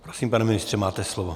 Prosím, pane ministře, máte slovo.